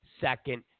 second